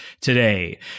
today